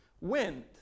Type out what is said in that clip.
wind